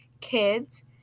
kids